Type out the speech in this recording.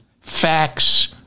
Facts